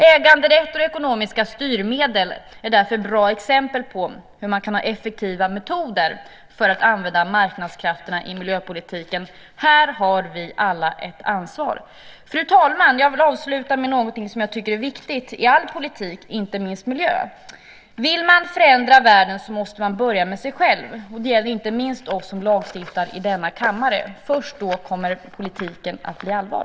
Äganderätter och ekonomiska styrmedel är därför bra exempel på hur man kan ha effektiva metoder för att använda marknadskrafterna i miljöpolitiken. Här har vi alla ett ansvar. Fru talman! Jag vill avsluta med någonting som jag tycker är viktigt i all politik och inte minst i miljöpolitiken. Vill man förändra världen måste man börja med sig själv. Det gäller inte minst oss som lagstiftar i denna kammare. Först då kommer politiken att bli allvar.